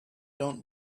don’t